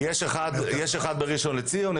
יש אחד בראשון לציון,